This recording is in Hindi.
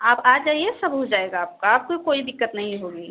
आप आ जाइए सब हो जाएगा आपका आपको कोई दिक्कत नहीं होगी